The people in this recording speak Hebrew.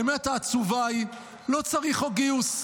האמת העצובה היא: לא צריך חוק גיוס.